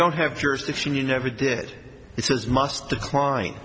don't have jurisdiction you never did it says must decline